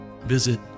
visit